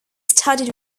studded